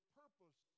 purpose